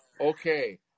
okay